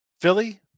Philly